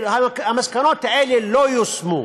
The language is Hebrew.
המסקנות האלה לא יושמו.